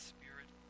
Spirit